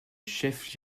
chef